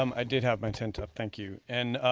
um i did have my tent up, thank you. and